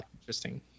interesting